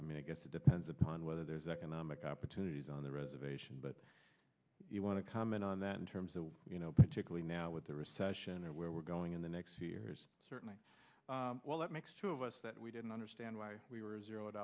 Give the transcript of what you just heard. i mean i guess it depends upon whether there's economic opportunities on the reservation but i want to comment on that in terms of you know particularly now with the recession and where we're going in the next few years certainly well that makes two of us that we didn't understand why we were zero